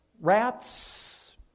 rats